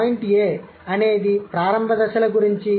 point A అనేది ప్రారంభ దశల గురించి